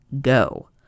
go